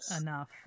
enough